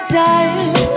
time